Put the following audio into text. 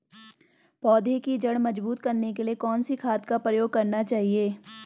पौधें की जड़ मजबूत करने के लिए कौन सी खाद का प्रयोग करना चाहिए?